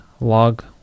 log